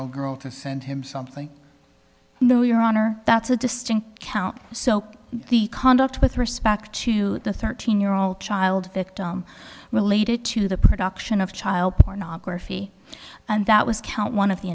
old girl to send him something though your honor that's a distinct count so the conduct with respect to the thirteen year old child victim related to the production of child pornography and that was count one of the